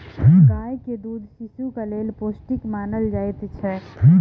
गाय के दूध शिशुक लेल पौष्टिक मानल जाइत अछि